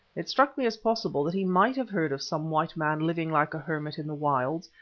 it struck me as possible that he might have heard of some white man living like a hermit in the wilds,